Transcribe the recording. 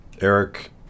Eric